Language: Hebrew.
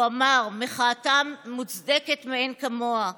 הוא אמר: מחאתם מוצדקת מאין כמוה.